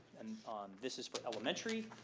and this is for elementary.